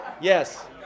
Yes